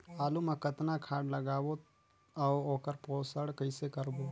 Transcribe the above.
आलू मा कतना खाद लगाबो अउ ओकर पोषण कइसे करबो?